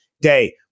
day